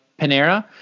Panera